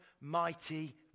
mighty